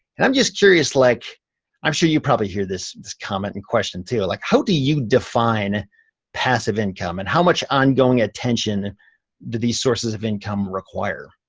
and i'm just curious, like i'm sure you probably hear this this comment and question too, like how do you define passive income and how much ongoing attention do these sources of income require?